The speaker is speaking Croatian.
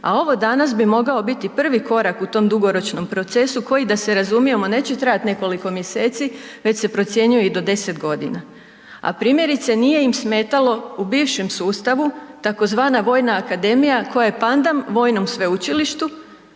a ovo danas bi mogao biti prvi korak u tom dugoročnom procesu koji da se razumijemo neće trajati nekoliko mjeseci, već se procjenjuje i do 10 godina. A primjerice nije im smetalo u bivšem sustavu tzv. vojna akademija, koja je pandam vojnom sveučilištu